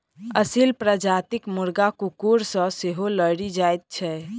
असील प्रजातिक मुर्गा कुकुर सॅ सेहो लड़ि जाइत छै